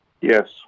Yes